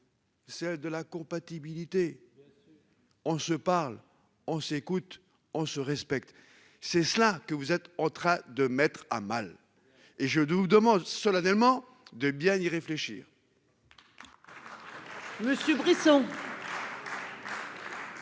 C'est de la compatibilité. On se parle, on s'écoute, on se respecte. C'est cela que vous êtes en train de mettre à mal et je dois vous demande solennellement de bien y réfléchir.